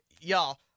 y'all